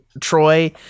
Troy